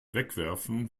wegwerfen